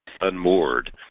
unmoored